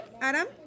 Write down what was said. Adam